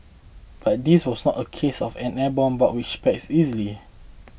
but this was not a case of an airborne bug which spreads easily